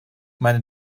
meine